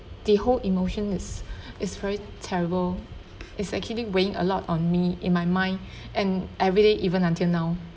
the whole emotion is is very terrible is actually weighing a lot on me in my mind and everyday even until now